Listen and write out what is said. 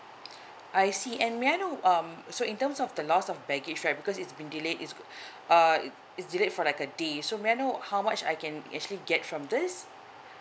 I see and may I know um so in terms of the loss of baggage right because it's been delayed it's uh it's delayed for like a day so may I know how much I can actually get from this